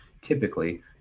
typically